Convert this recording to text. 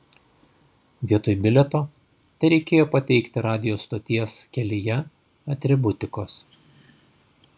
vietoj bilieto tereikėjo pateikti radijo stoties kelyje atributikos